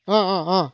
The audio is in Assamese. অঁ অঁ অঁ